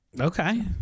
Okay